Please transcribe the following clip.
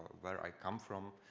where i come from,